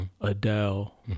Adele